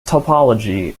topology